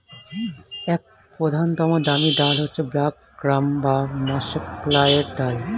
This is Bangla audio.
এক প্রধানতম দামি ডাল হচ্ছে ব্ল্যাক গ্রাম বা মাষকলাইয়ের ডাল